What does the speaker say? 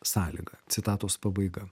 sąlyga citatos pabaiga